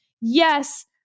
yes